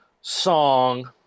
song